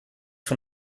vom